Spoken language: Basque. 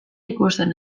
ikusten